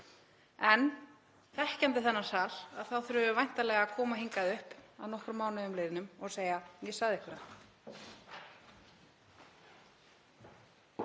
en þekkjandi þennan sal þá þurfum við væntanlega að koma hingað upp að nokkrum mánuðum liðnum og segja: Ég sagði ykkur